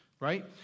Right